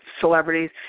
celebrities